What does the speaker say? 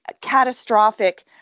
catastrophic